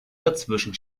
dazwischen